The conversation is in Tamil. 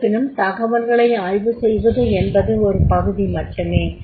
இருப்பினும் தகவல்களை ஆய்வு செய்வதென்பது ஒரு பகுதி மட்டுமே